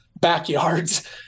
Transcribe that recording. backyards